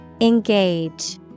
Engage